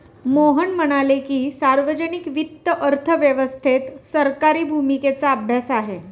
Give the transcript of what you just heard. मोहन म्हणाले की, सार्वजनिक वित्त अर्थव्यवस्थेत सरकारी भूमिकेचा अभ्यास आहे